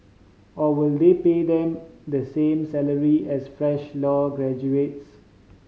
or will they pay them the same salary as fresh law graduates